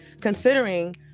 considering